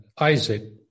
Isaac